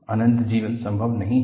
अनंत जीवन संभव नहीं है